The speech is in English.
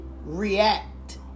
react